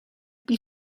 pli